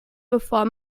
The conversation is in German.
bevor